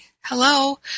hello